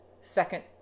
second